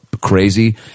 crazy